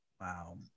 Wow